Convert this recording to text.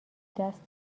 دست